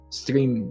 stream